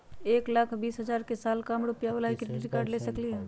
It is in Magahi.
एक लाख बीस हजार के साल कम रुपयावाला भी क्रेडिट कार्ड ले सकली ह?